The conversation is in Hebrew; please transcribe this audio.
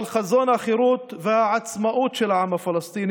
אבל חזון החירות והעצמאות של העם הפלסטיני